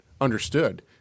understood